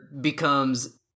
becomes